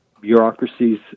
bureaucracies